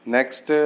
Next